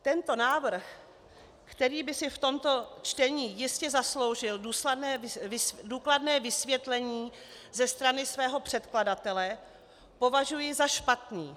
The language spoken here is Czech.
Tento návrh, který by si v tomto čtení jistě zasloužil důkladné vysvětlení ze strany svého předkladatele, považuji za špatný.